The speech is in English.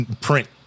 print